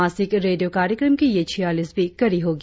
मासिक रेडियो कार्यक्रम की यह छियालिसवीं कड़ी होगी